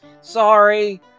sorry